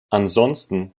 ansonsten